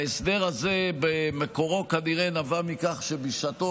ההסדר הזה במקורו כנראה נבע מכך שבשעתו,